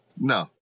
No